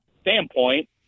standpoint